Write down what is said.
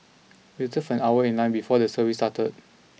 waited for an hour in line before the service started